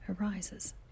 arises